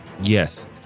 Yes